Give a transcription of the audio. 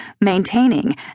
maintaining